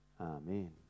Amen